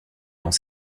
dans